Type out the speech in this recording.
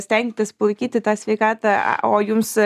stengtis palaikyti tą sveikata o jums